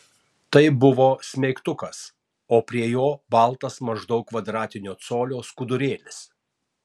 tai buvo smeigtukas o prie jo baltas maždaug kvadratinio colio skudurėlis